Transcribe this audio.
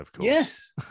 Yes